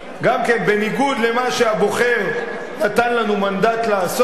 גם כן בניגוד למה שהבוחר נתן לנו מנדט לעשות,